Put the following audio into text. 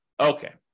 Okay